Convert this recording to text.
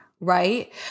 right